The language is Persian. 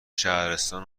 شهرستان